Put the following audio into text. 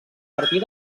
partir